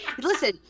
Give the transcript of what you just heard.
Listen